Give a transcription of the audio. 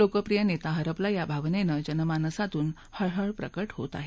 लोकप्रिय नेता हरपला या भावनेनं जनमानसातून हळहळ प्रकट होत आहे